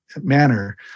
manner